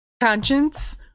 conscience